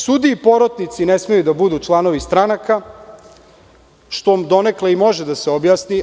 Sudije i porotnici ne smeju da budu članovi stranaka, što donekle i može da se objasni.